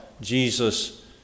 Jesus